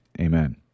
amen